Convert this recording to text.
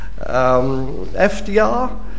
FDR